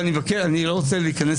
אני לא רוצה להיכנס